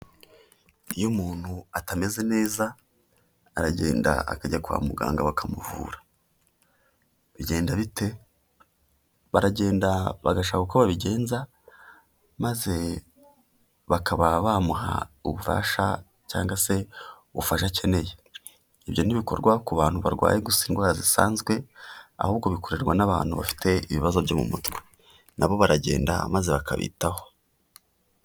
Iyo umuntu atameze neza, aragenda akajya kwa muganga bakamuvura, bigenda bite? Baragenda bagashaka uko babigenza maze bakaba bamuha ubufasha cyangwa se ubufasha akeneye, ibyo ntibikorwa ku bantu barwaye gusa indwara zisanzwe, ahubwo bikorerwa n'abantu bafite ibibazo byo mu mutwe. Na bo baragenda maze bakabitaho.